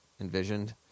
envisioned